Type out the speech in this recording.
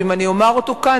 ואם אני אומר אותו כאן,